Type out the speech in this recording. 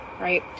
Right